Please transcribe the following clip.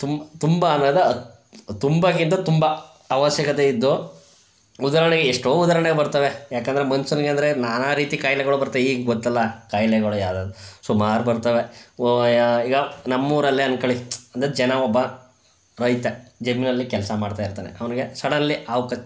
ತುಂಬ ತುಂಬ ಅಂದಾಗ ಅದು ತುಂಬಕ್ಕಿಂತ ತುಂಬ ಅವಶ್ಯಕತೆ ಇದ್ದು ಉದಾಹರ್ಣೆಗೆ ಎಷ್ಟೋ ಉದಾಹರ್ಣೆಗಳ್ ಬರ್ತಾವೆ ಯಾಕಂದರೆ ಮನುಷ್ಯನಿಗಂದ್ರೆ ನಾನಾ ರೀತಿ ಖಾಯಿಲೆಗಳು ಬರ್ತವೆ ಈಗ ಬಂತಲ್ಲ ಖಾಯಿಲೆಗಳು ಯಾವುದ್ಯಾವ್ದೋ ಸುಮಾರು ಬರ್ತವೆ ಓವಯ ಈಗ ನಮ್ಮೂರಲ್ಲೇ ಅಂದ್ಕೊಳ್ಳಿ ಅಂದರೆ ಜನ ಒಬ್ಬ ರೈತ ಜಮೀನಿನಲ್ಲಿ ಕೆಲಸ ಮಾಡ್ತಾಯಿರ್ತಾನೆ ಅವನಿಗೆ ಸಡನ್ಲಿ ಹಾವು ಕಚ್ತು